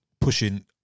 pushing